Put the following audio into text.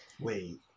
Wait